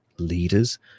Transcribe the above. leaders